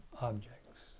objects